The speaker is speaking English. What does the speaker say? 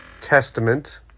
Testament